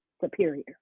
superior